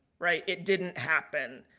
right. it didn't happen.